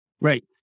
Right